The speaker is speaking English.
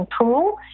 tool